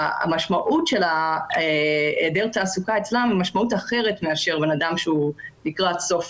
המשמעות של היעדר תעסוקה אצלם שונה ממשמעות זו אצל אדם שהוא לקראת סוף